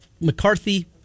McCarthy